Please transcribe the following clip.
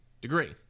degree